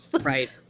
right